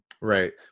right